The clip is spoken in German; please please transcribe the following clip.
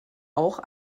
auch